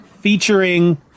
featuring